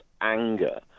anger